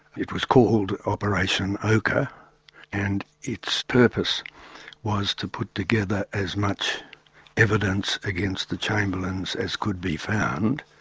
it was called operation ochre and its purpose was to put together as much evidence against the chamberlains as could be found,